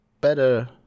better